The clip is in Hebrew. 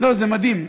זה מדהים.